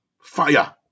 fire